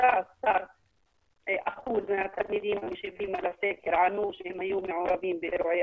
ש-13% מהמשיבים ענו שהיו מעורבים באירועי